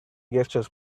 gestures